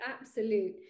absolute